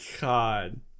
God